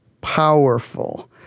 powerful